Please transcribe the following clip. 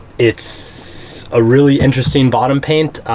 it's a really interesting bottom paint.